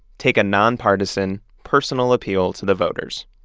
take a non-partisan personal appeal to the voters.